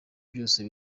byose